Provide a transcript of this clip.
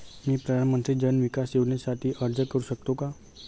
मी प्रधानमंत्री जन विकास योजनेसाठी अर्ज करू शकतो का?